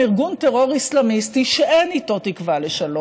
ארגון טרור אסלאמיסטי שאין תקווה לשלום איתו.